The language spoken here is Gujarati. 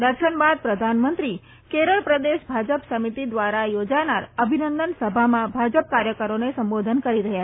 દર્શનબાદ પ્રધાનમંત્રી કેરળ પ્રદેશ ભાજપ સમિતિ દ્વારા યોજાનાર અભિનંદન સભામાં ભાજપ કાર્યકરોને સંબોધન કરશે